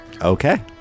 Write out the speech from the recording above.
Okay